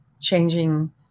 changing